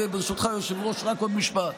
ברשותך, היושב-ראש, רק עוד משפט.